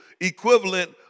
equivalent